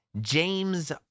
James